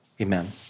Amen